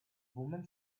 woman